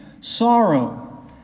sorrow